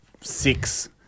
six